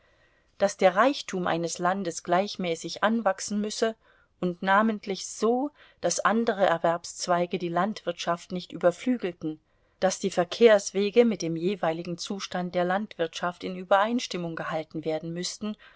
daß der reichtum eines landes gleichmäßig anwachsen müsse und namentlich so daß andere erwerbszweige die landwirtschaft nicht überflügelten daß die verkehrswege mit dem jeweiligen zustand der landwirtschaft in übereinstimmung gehalten werden müßten